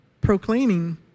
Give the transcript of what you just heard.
proclaiming